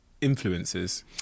influences